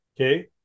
Okay